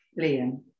Liam